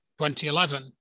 2011